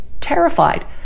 terrified